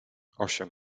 osiem